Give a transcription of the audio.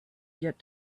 get